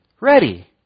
Ready